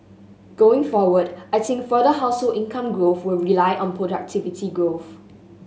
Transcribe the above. going forward I think further household income growth will rely on productivity growth